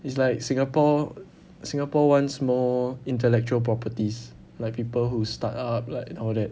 it's like singapore singapore wants more intellectual properties like people who start up like and all that